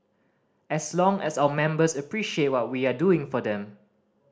as long as our members appreciate what we are doing for them